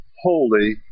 holy